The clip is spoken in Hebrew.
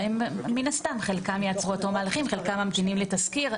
מן הסתם חלקם ייעצרו עד תום ההליכים וחלקם ממתינים לתסקיר.